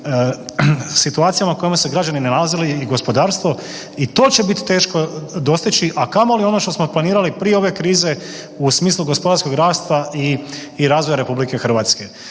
situacijama u kojima su se građani nalazili i gospodarstvo i to će bit teško dostići, a kamoli ono što smo planirali prije ove krize u smislu gospodarskog rasta i razvoja RH. Dakle,